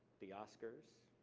the oscars,